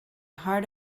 heart